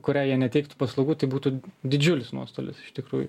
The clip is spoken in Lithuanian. kurią jie neteiktų paslaugų tai būtų didžiulis nuostolis iš tikrųjų